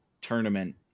tournament